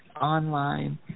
online